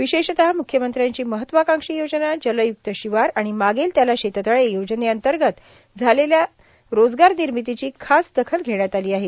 विशेषतः म्रख्यमंत्र्यांची महत्वाकांक्षी योजना जलय्रक्त शिवार आणि मागेल त्याला शेततळे योजनेअंतर्गत झालेल्या रोजगार निर्मितीची खास दखल घेण्यात आली आहे